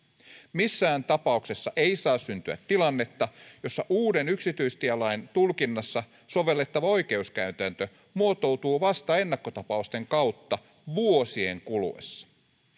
missään tapauksessa ei saa syntyä tilannetta jossa uuden yksityistielain tulkinnassa sovellettava oikeuskäytäntö muotoutuu vasta ennakkota pausten kautta vuosien kuluessa